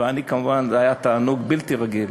ואני, כמובן, זה היה תענוג בלתי רגיל.